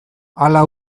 hala